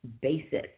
basis